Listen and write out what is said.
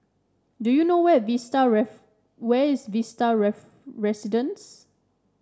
do you know where Vista where is Vista Residences